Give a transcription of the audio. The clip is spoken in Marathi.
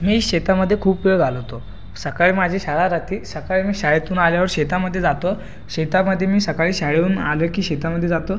मी शेतामध्ये खूप वेळ घालवतो सकाळी माझी शाळा राहती सकाळी मी शाळेतून आल्यावर शेतामध्ये जातो शेतामध्ये मी सकाळी शाळेहून आलं की शेतामध्ये जातो